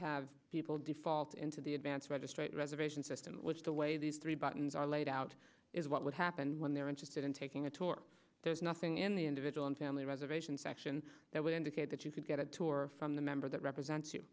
have people default into the advance registration reservation system which the way these three buttons are laid out is what would happen when they're interested in taking a tour there's nothing in the individual and family reservation section that would indicate that you could get a tour from the member that represents you